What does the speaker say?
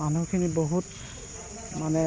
মানুহখিনি বহুত মানে